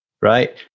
right